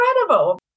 incredible